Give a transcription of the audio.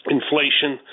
inflation